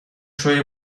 شوی